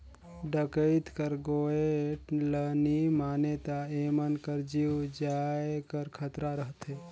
डकइत कर गोएठ ल नी मानें ता एमन कर जीव जाए कर खतरा रहथे